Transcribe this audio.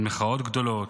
על מחאות גדולות,